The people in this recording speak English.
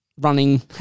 running